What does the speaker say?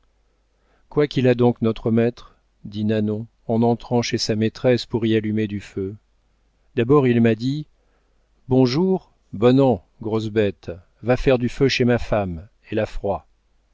qu'il a donc notre maître dit nanon en entrant chez sa maîtresse pour y allumer du feu d'abord il m'a dit bonjour bon an grosse bête va faire du feu chez ma femme elle a froid